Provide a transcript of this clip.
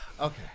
Okay